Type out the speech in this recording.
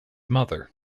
mother